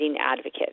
advocate